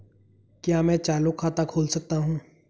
क्या मैं चालू खाता खोल सकता हूँ?